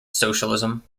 socialism